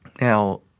Now